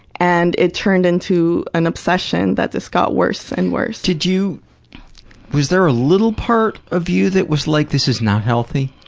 and it turned into an obsession that just got worse and worse. did you was there a little part of you that was like, this is not healthy?